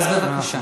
אז בבקשה.